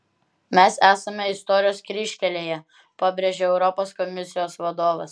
mes esame istorijos kryžkelėje pabrėžė europos komisijos vadovas